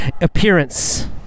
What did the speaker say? appearance